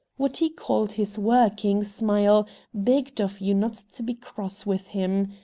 what he called his working smile begged of you not to be cross with him.